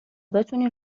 بتونی